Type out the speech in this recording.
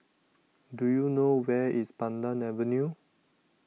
Do YOU know Where IS Pandan Avenue